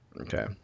okay